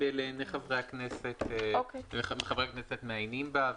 מספיק שחברי הכנסת מעיינים בה.